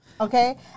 Okay